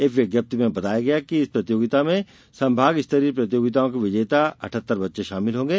एक विज्ञप्ति में बताया गया है कि इस प्रतियोगिता में संभाग स्तरीय प्रतियोगिताओं के विजेता अठहत्तर बच्चे शामिल होंगे